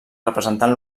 representant